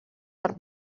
per